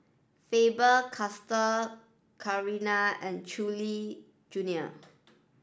Faber Castell Chanira and Chewy Junior